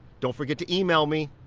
don't forget to email me!